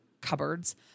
cupboards